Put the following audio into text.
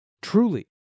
truly